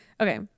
Okay